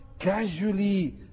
casually